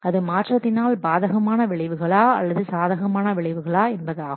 அது மாற்றத்தினால் பாதகமான விளைவுகளா அல்லது சாதகமான விளைவுகளா என்பதாகும்